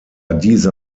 diese